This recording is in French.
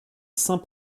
saint